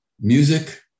music